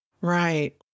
Right